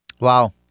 Wow